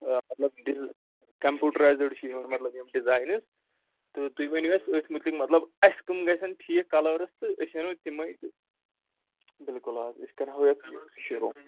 آ مطلب ڈِل کَمپیٛوٗٹرٛایزٕڈ چھِ یِوان مطلب یم ڈِزاینٕز تہٕ تُہۍ ؤنِو اَسہِ أتھۍ مُتعلق مطلب اَسہِ کٕم گژھَن ٹھیٖک کَلٲرٕس تہٕ أسۍ اَنو تِمَے تہٕ بِلکُل آ أسۍ کَرٕہو یَتھ یہِ شروٗع